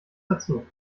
dazu